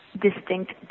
distinct